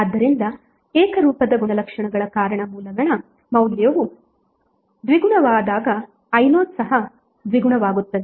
ಆದ್ದರಿಂದ ಏಕರೂಪದ ಗುಣಲಕ್ಷಣಗಳ ಕಾರಣ ಮೂಲಗಳ ಮೌಲ್ಯವು ದ್ವಿಗುಣವಾದಾಗ I0 ಸಹ ದ್ವಿಗುಣವಾಗುತ್ತದೆ